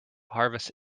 harvest